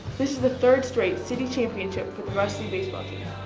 this is the third straight city championship for the varsity baseball team.